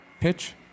Pitch